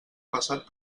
passat